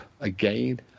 again